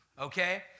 Okay